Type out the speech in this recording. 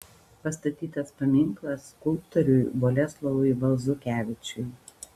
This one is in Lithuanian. pastatytas paminklas skulptoriui boleslovui balzukevičiui